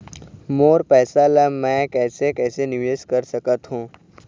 मोर पैसा ला मैं कैसे कैसे निवेश कर सकत हो?